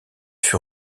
fut